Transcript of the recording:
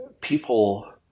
people